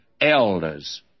elders